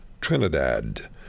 Trinidad